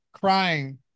crying